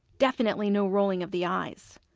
definitely no rolling of the eyes.